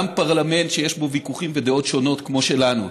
פרלמנט שיש בו ויכוחים ודעות שונות כמו שלנו.